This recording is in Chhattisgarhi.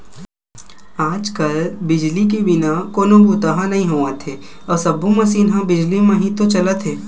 आज कल बिजली के बिना कोनो बूता ह नइ होवत हे अउ सब्बो मसीन ह बिजली म ही तो चलत हे